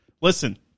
listen